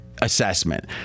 assessment